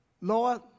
Lord